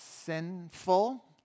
Sinful